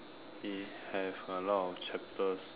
it have a lot of chapters